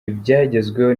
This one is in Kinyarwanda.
ibyagezweho